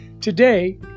Today